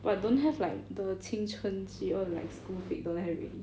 but don't have like the 青春期 all the like school flick don't have already